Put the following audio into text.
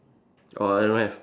orh I don't have